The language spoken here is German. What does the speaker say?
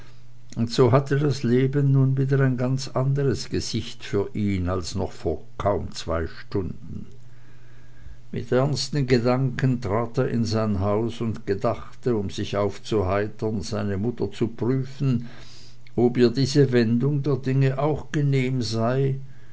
und so hatte das leben nun wieder ein ganz anderes gesicht für ihn als noch vor kaum zwei stunden mit ernsten gedanken trat er in sein haus und gedachte um sich aufzuheitern seine mutter zu prüfen ob ihr diese wendung der dinge auch genehm sei